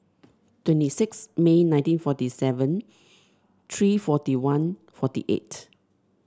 twenty six May nineteen forty seven three forty one forty eight